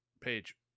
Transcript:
page